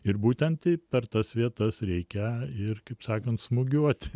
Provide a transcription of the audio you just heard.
ir būtent per tas vietas reikia ir kaip sakant smūgiuot